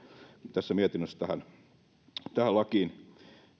tässä mietinnössä tähän lakiin